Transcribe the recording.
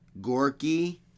Gorky